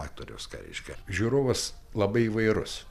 aktoriaus ką reiškia žiūrovas labai įvairus